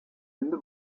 ende